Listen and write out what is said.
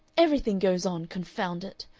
everything goes on, confound it!